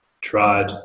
tried